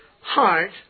heart